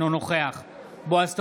אינו נוכח בועז טופורובסקי,